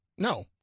No